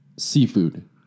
Seafood